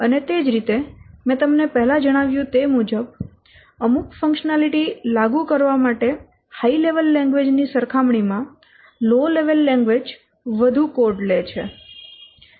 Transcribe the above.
અને તે જ રીતે મેં તમને પહેલા જણાવ્યું તે મુજબ અમુક ફંક્શનાલીટી લાગુ કરવા માટે હાય લેવલ લેંગ્વેજ ની સરખામણી માં લો લેવલ લેંગ્વેજ વધુ કોડ લે છે